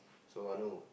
so I know